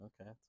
Okay